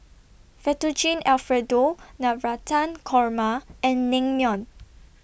Fettuccine Alfredo Navratan Korma and Naengmyeon